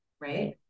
right